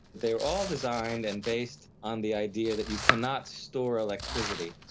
they were all designed and based on the idea that you cannot store electricity,